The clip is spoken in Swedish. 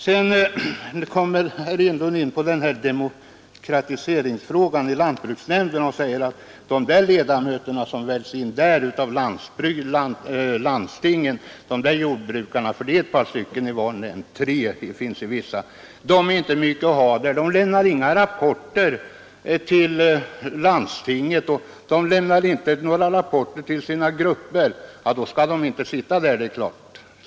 Sedan kommer herr Enlund in på frågan om demokratiseringen i lantbruksnämnden och säger att de jordbrukare som väljs in där av landstingen — det är ett par stycken i var och ett, tre i vissa — de lämnar inga rapporter till landstinget eller till sina partigrupper. Om det är riktigt skall de naturligtvis inte sitta där.